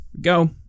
Go